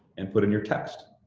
and put in your text.